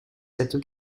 cette